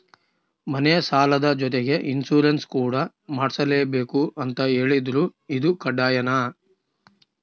ಮನೆ ಸಾಲದ ಜೊತೆಗೆ ಇನ್ಸುರೆನ್ಸ್ ಕೂಡ ಮಾಡ್ಸಲೇಬೇಕು ಅಂತ ಹೇಳಿದ್ರು ಇದು ಕಡ್ಡಾಯನಾ?